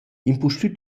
impustüt